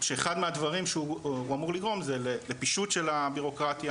וכשאחד מהדברים שהוא אמור לגרום זה לפישוט של הבירוקרטיה,